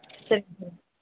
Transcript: சரிங்க